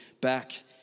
back